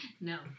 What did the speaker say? no